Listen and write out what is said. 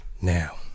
Now